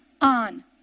on